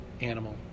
animal